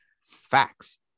Facts